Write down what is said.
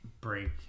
break